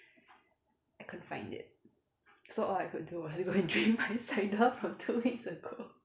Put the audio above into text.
I couldn't find it so all I could do was go and drink my cider from two weeks ago